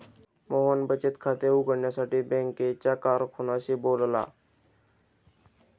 मोहन बचत खाते उघडण्यासाठी बँकेच्या कारकुनाशी बोलला